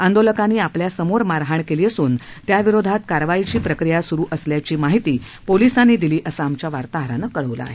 आंदोलकांनी आपल्यासमोर मारहाण केली असून त्याविरोधात कारवाईची प्रक्रिया सुरु असल्याची माहिती पोलीसांनी दिली असं आमच्या वार्ताहरानं कळवलं आहे